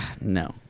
No